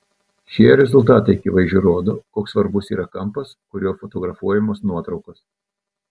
šie rezultatai akivaizdžiai rodo koks svarbus yra kampas kuriuo fotografuojamos nuotraukos